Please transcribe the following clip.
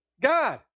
God